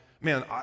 man